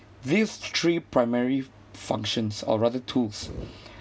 these three primary functions or rather tools